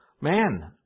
Man